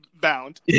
bound